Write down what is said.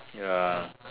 ya